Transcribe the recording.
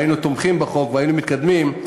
אם היינו תומכים בחוק והיינו מתקדמים,